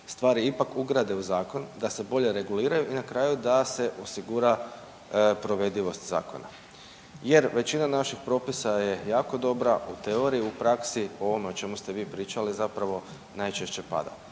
stvari ipak ugrade u zakon, da se bolje reguliraju i na kraju da se osigura provedivost zakona jer većina naših propisa je jako dobra u teoriji, u praksi o ovome o čemu ste vi pričali zapravo najčešće pada.